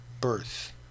birth